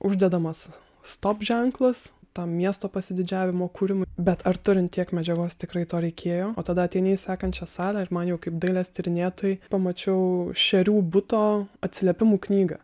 uždedamas stop ženklas tam miesto pasididžiavimo kūrimui bet ar turint tiek medžiagos tikrai to reikėjo o tada ateiti į sekančią salę ir man jau kaip dailės tyrinėtojai pamačiau šerių buto atsiliepimų knygą